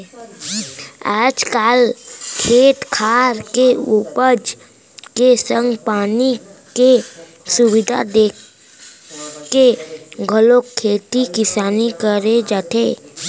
आज काल खेत खार के उपज के संग पानी के सुबिधा देखके घलौ खेती किसानी करे जाथे